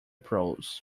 prose